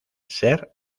ser